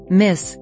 miss